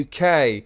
UK